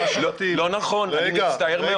לא נכון, אני מצטער מאוד.